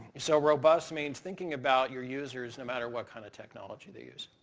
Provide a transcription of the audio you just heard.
so robust means thinking about your users no matter what kind of technology they use.